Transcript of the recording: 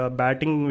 batting